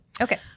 Okay